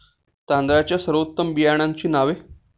तांदळाच्या सर्वोत्तम बियाण्यांची नावे?